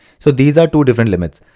so these are two different limits.